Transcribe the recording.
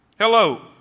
Hello